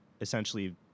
essentially